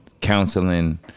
counseling